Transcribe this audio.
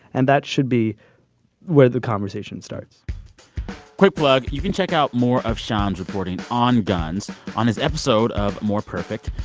and that should be where the conversation starts quick plug you can check out more of sean's reporting on guns on his episode of more perfect.